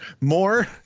More